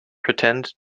pretend